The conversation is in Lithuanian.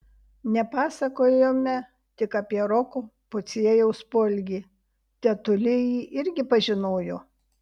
nepasakojome tik apie roko pociejaus poelgį tetulė jį irgi pažinojo